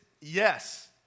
yes